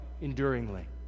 enduringly